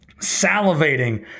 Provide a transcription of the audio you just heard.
salivating